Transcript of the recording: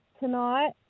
tonight